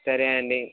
సరే అండి